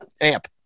amp